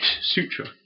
Sutra